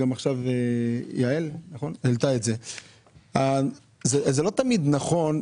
זה לא תמיד נכון,